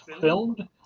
filmed